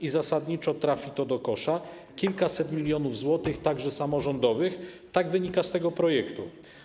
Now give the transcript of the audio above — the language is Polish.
I zasadniczo trafi to do kosza - kilkaset milionów złotych, także samorządowych, tak wynika z tego projektu.